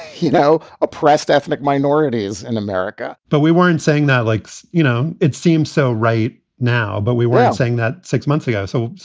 you know, oppressed ethnic minorities in america? but we weren't saying that, like, so you know, it seems so right now, but we were saying that six months ago. so